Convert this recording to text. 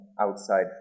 outside